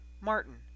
Martin